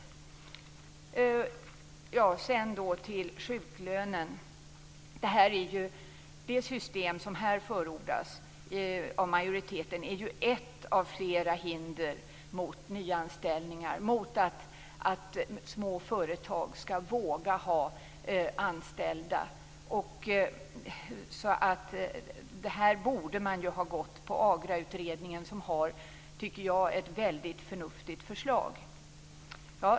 Sedan går jag till sjuklönen. Det system som här förordas av majoriteten är ett av flera hinder för nyanställningar och att små företag vågar ha anställda. Här borde man ha gått på AGRA-utredningens förslag, som jag tycker är väldigt förnuftigt.